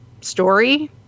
story